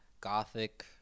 gothic